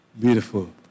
Beautiful